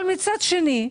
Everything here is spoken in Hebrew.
אבל מצד שני,